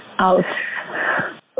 out